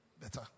better